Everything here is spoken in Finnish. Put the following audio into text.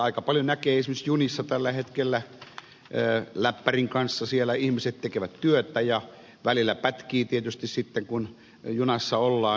aika paljon näkee esimerkiksi junissa että tällä hetkellä läppärin kanssa siellä ihmiset tekevät työtä ja välillä pätkii tietysti sitten kun junassa ollaan